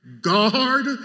Guard